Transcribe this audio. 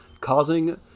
causing